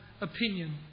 opinion